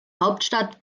hauptstadt